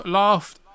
laughed